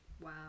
Wow